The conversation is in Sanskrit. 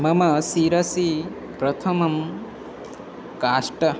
मम शिरसि प्रथमं काष्टं